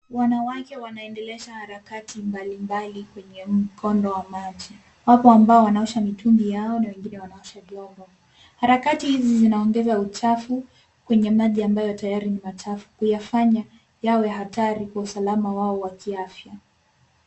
Wanawake wanaendelesha harakati mbali mbali kwenye mkondo wa maji. Wapo ambao wanaosha mitungi yao na wengine wanaosha vyombo. Harakati hizi zinaongeza uchafu kwenye maji ambayo tayari ni machafu. Huyafanya yawe hatari kwa usalama wao wa kiafya.